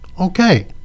Okay